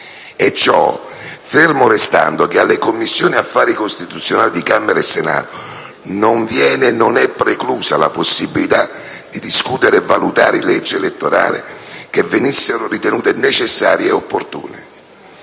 E ciò fermo restando che alle Commissioni affari costituzionali di Camera e Senato non è preclusa la possibilità di discutere e valutare leggi elettorali che venissero ritenute necessarie e opportune,